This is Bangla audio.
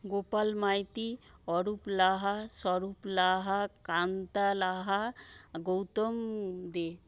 গোপাল মাইতি অরূপ লাহা স্বরূপ লাহা কান্তা লাহা গৌতম দে